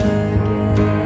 again